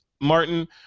Martin